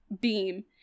beam